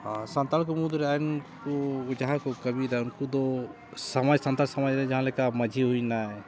ᱥᱟᱱᱛᱟᱲ ᱠᱚ ᱢᱩᱫᱽᱨᱮ ᱟᱭᱤᱱ ᱠᱚ ᱡᱟᱦᱟᱸ ᱠᱚ ᱠᱟᱹᱢᱤᱭᱮᱫᱟ ᱩᱱᱠᱩ ᱫᱚ ᱥᱚᱢᱟᱡᱽ ᱥᱟᱱᱛᱟᱲ ᱥᱚᱢᱟᱡᱽ ᱨᱮ ᱡᱟᱦᱟᱸ ᱞᱮᱠᱟ ᱢᱟᱺᱡᱷᱤ ᱦᱩᱭᱱᱟ